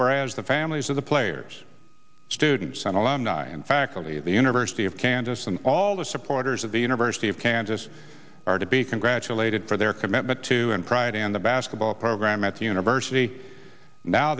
whereas the families of the players students and alumni and faculty at the university of kansas and all the supporters of the university of kansas are to be congratulated for their commitment to and pride in the basketball program at the university now